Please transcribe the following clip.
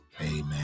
Amen